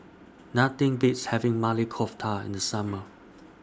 Nothing Beats having Maili Kofta in The Summer